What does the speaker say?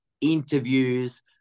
interviews